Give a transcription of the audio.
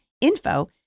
info